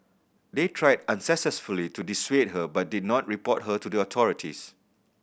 they tried unsuccessfully to dissuade her but did not report her to the authorities